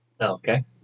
Okay